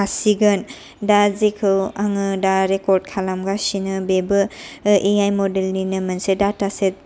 थासिगोन दा जिखौ आङो दा रेकरड खालामगासिनो बेबो ए आइ मडेलनि मोनसे दाता सेत